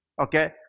Okay